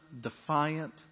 defiant